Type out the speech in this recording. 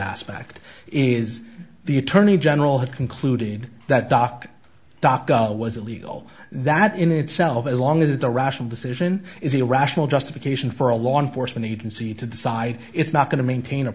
aspect is the attorney general had concluded that doc doc was illegal that in itself as long as it's a rational decision is a rational justification for a law enforcement agency to decide it's not going to maintain a